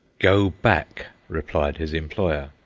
go back, replied his employer.